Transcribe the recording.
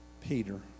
Peter